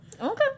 okay